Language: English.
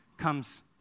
comes